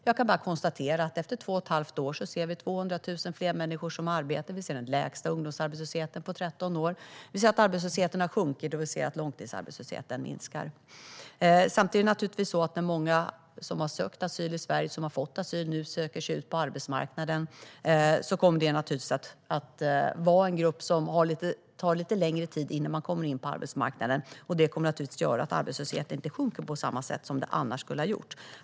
Jag kan bara konstatera att efter två och ett halvt år ser vi 200 000 fler människor som arbetar. Vi ser den lägsta ungdomsarbetslösheten på 13 år. Vi ser att arbetslösheten har sjunkit, och vi ser att långtidsarbetslösheten minskar. Samtidigt är det så att när många som har sökt asyl i Sverige har fått asyl och nu söker sig ut på arbetsmarknaden kommer det att vara en grupp där det tar lite längre tid innan de kommer in på arbetsmarknaden. Det kommer att göra att arbetslösheten inte sjunker på samma sätt som den annars skulle ha gjort.